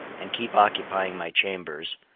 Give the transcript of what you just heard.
and keep occupying my chambers,